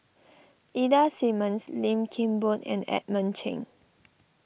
Ida Simmons Lim Kim Boon and Edmund Cheng